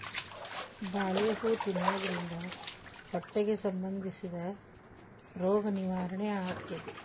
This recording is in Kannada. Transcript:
ಬಾಳೆ ಹೂ ತಿನ್ನುದ್ರಿಂದ ಹೊಟ್ಟಿಗೆ ಸಂಬಂಧಿಸಿದ ರೋಗ ನಿವಾರಣೆ ಅಕೈತಿ